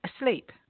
asleep